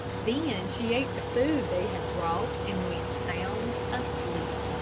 then she ate the food they had brought, and went sound asleep.